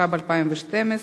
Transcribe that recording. התשע"ב 2012,